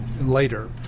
later